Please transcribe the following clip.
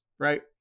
Right